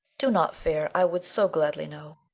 do not fear. i would so gladly know